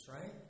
right